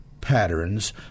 patterns